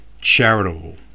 charitable